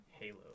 Halo